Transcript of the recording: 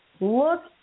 Look